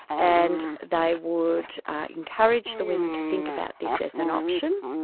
and they would encourage the women to think about this as an option,